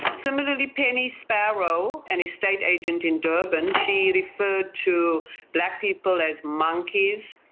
similarly, penny sparrow, an estate agent in durban, she referred to black people as monkeys,